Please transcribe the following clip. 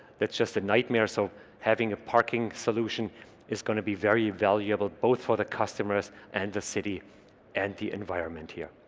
that's just a nightmare so having a parking solution is going to be very valuable both for the customers and the city and the environment here